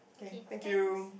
okay thank you